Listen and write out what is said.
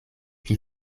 pli